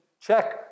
check